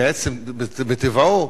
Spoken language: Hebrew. מעצם טבעו,